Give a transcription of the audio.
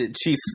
chief